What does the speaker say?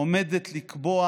עומדת לקבוע